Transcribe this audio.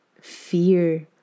fear